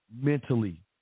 mentally